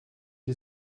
die